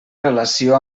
relació